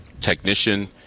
Technician